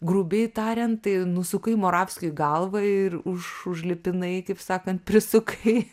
grubiai tarian tai nusukai moravskiui galvą ir už užlipinai kaip sakant prisukai